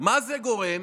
למה זה גורם?